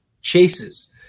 chases